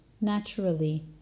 naturally